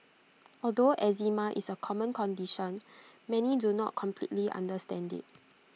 although eczema is A common condition many do not completely understand IT